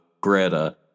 Greta